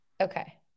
Okay